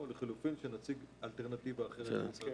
לחילופין, נציג אלטרנטיבה אחרת.